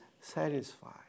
satisfied